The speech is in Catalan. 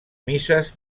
misses